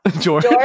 George